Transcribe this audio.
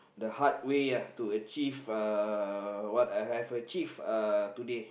the hard way uh to achieve uh what I have achieve uh today